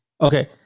Okay